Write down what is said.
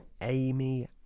Amy